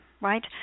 Right